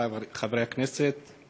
חברי חברי הכנסת,